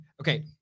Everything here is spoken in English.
Okay